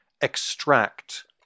extract